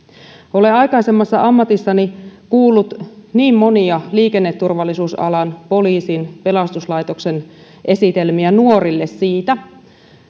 olen aikaisemmassa ammatissani kuullut niin monia liikenneturvallisuusalan poliisin pelastuslaitoksen esitelmiä nuorille siitä